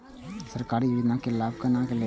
सरकारी योजना के लाभ केना लेब?